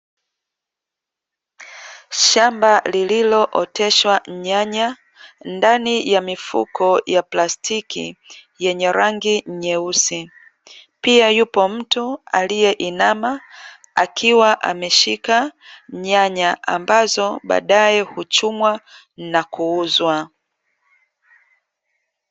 Shamba lililooteshwa nyanya, ndani ya mifuko ya plastiki yenye rangi nyeusi. Pia yupo mtu aliyeinama, akiwa ameshika nyanya ambazo baadae huchumwa na kuuzwa.